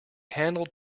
handled